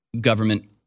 government